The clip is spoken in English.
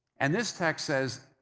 and this text says,